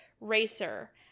Racer